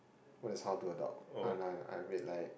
what is how to adult I read like